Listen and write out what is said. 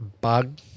bug